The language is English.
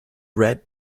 red